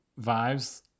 vibes